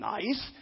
nice